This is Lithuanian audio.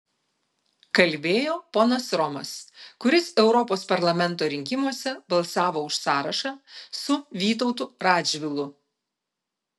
kalbėjo ponas romas kuris europos parlamento rinkimuose balsavo už sąrašą su vytautu radžvilu